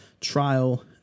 trial